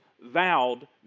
vowed